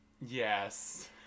Yes